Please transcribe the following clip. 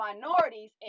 minorities